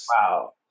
wow